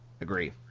agree